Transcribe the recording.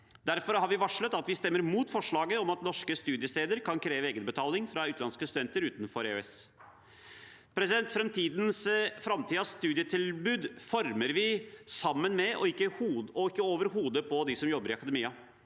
Derfor har vi varslet at vi stemmer mot forslaget om at norske studiesteder kan kreve egenbetaling fra utenlandske studenter utenfor EØS. Framtidens studietilbud former vi sammen med og ikke over hodet på dem som jobber i akademia.